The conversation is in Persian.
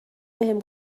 بهم